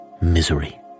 misery